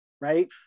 right